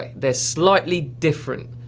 they're slightly different,